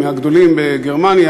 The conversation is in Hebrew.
מהגדולים בגרמניה,